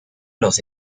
los